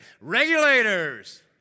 regulators